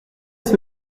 elle